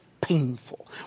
painful